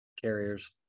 carriers